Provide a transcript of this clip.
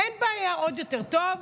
אין בעיה, עוד יותר טוב.